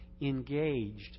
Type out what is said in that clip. engaged